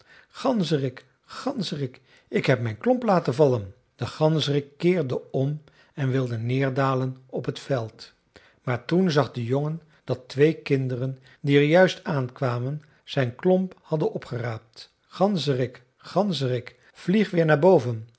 ganzerik ganzerik ik heb mijn klomp laten vallen de ganzerik keerde om en wilde neerdalen op het veld maar toen zag de jongen dat twee kinderen die er juist aankwamen zijn klomp hadden opgeraapt ganzerik ganzerik vlieg weer naar boven